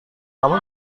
kamu